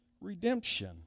redemption